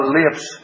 lips